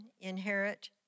inherit